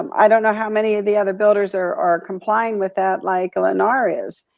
um i don't know how many of the other builders are are complying with that, like lennar is.